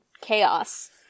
chaos